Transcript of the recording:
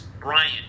Brian